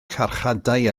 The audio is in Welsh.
carchardai